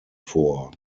vor